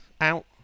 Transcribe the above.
out